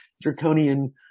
draconian